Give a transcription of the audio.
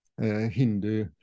Hindu